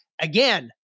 Again